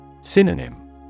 Synonym